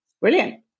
Brilliant